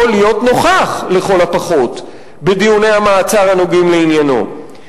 להיות נוכח לכל הפחות בדיוני המעצר הנוגעים לעניינו.